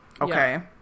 Okay